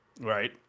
right